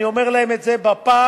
אני אומר להם את זה בפעם,